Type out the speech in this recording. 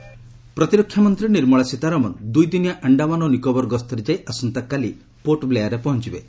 ସୀତାରମଣ ଆଣ୍ଡାମାନ ପ୍ରତିରକ୍ଷା ମନ୍ତ୍ରୀ ନିର୍ମଳା ସୀତାରମଣ ଦୁଇଦିନିଆ ଆଣ୍ଡାମାନ ଓ ନିକୋବର ଗସ୍ତରେ ଯାଇ ଆସନ୍ତାକାଲି ପୋର୍ଟ ର୍ବେଆରରେ ପହଞ୍ଚିବେ